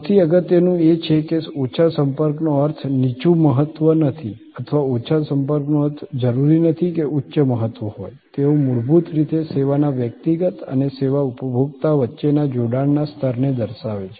સૌથી અગત્યનું એ છે કે ઓછા સંપર્કનો અર્થ નીચું મહત્વ નથી અથવા ઉચ્ચ સંપર્કનો અર્થ જરૂરી નથી કે ઉચ્ચ મહત્વ હોય તેઓ મૂળભૂત રીતે સેવાના વ્યક્તિગત અને સેવા ઉપભોક્તા વચ્ચેના જોડાણના સ્તરને દર્શાવે છે